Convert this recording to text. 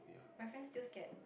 my friend still scared